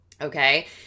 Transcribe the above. Okay